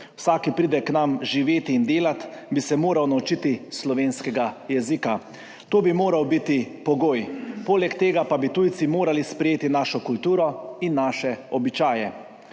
Vsak, ki pride k nam živet in delat, bi se moral naučiti slovenskega jezika. To bi moral biti pogoj, poleg tega pa bi tujci morali sprejeti našo kulturo in naše običaje.